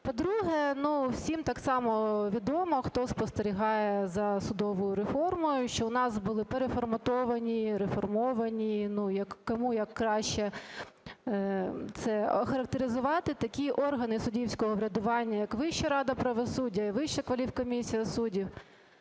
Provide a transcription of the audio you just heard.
По-друге, всім так само відомо, хто спостерігає за судовою реформою, що у нас були переформатовані, реформовані, ну, кому як краще це охарактеризувати, такі органи суддівського врядування, як Вища рада правосуддя і Вища кваліфкомісія суддів.